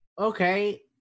okay